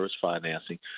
financing